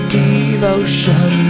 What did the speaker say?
devotion